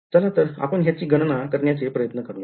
चला तर आपण ह्याची गणना करण्याचे प्रत्यन करूयात